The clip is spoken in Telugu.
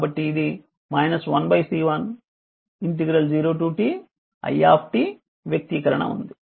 కాబట్టి ఇది 1C1 0t i వ్యక్తీకరణ ఉంది